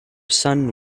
son